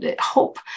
hope